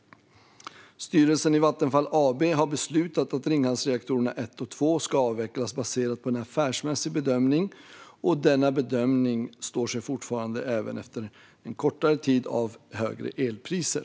Styrelsen i Vattenfall AB har beslutat att Ringhalsreaktorerna 1 och 2 ska avvecklas baserat på en affärsmässig bedömning. Denna bedömning står sig fortfarande, även efter en kortare tid av högre elpriser.